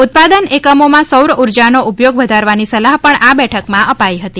ઉત્પાદન એકમોમાં સૌરઊર્જાનો ઉપયોગ વધારવાની સલાહ પણ આ બેઠકમાં અપાઇ હતી